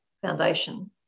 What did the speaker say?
foundation